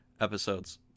episodes